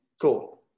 Cool